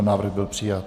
Návrh byl přijat.